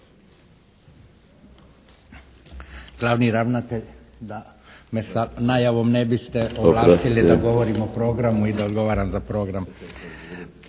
Glavni ravnatelj, da me sa najavom ne biste ovlastili da govorim o programu i da odgovaram za program.